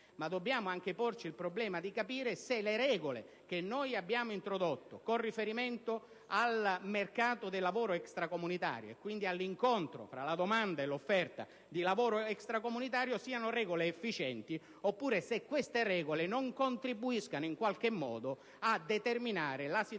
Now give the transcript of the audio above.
ma dobbiamo anche porci il problema di capire se le regole che noi abbiamo introdotto con riferimento al mercato del lavoro extracomunitario (e quindi con riguardo all'incontro tra la domanda e l'offerta di lavoro extracomunitario) siano efficienti, oppure se non contribuiscano in qualche modo a determinare la situazione